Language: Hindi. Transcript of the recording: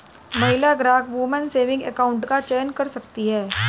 महिला ग्राहक वुमन सेविंग अकाउंट का चयन कर सकती है